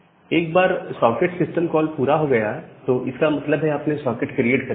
एक बार socket system call पूरा हो गया तो इसका मतलब है आपने सॉकेट क्रिएट कर लिया है